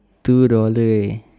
two dollar eh